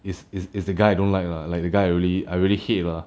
is is is the guy I don't like lah like the guy I really I really hate lah